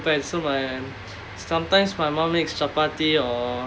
so my sometimes my mum makes chapati or